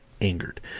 angered